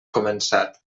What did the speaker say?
començat